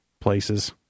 places